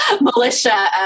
militia